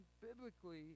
biblically